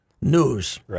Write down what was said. news